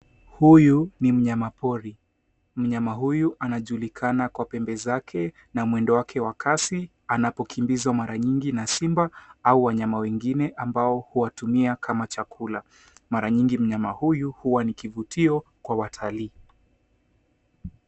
Huyu ni myamapori, mnyama huyu anajulikana kwa pembe zake na mwendo wake wa kasi anapokimbizwa mara nyingi na simba au wanyama wengine ambao uwatumia kama chakula. Mara nyingi mnyama huyu huwa ni kivutio kwa watalii.